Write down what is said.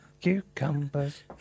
Cucumbers